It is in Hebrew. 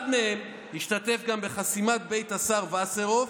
אחד מהם השתתף גם בחסימת בית השר וסרלאוף,